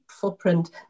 footprint